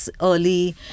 early